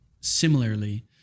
similarly